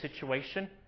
situation